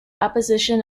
opposition